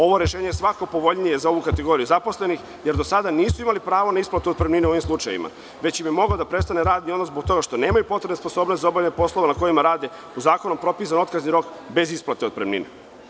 Ovo rešenje je svakako povoljnije za ovu kategoriju zaposlenih, jer do sada nisu imali pravo na isplatu otpremnine u ovim slučajevima, već je mogao da prestane radni odnos zbog toga što nemaju potrebnu sposobnost za obavljanje posla koji rade zakonom je propisan otkazni rok bez isplate otpremnine.